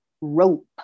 rope